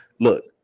look